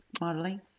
modeling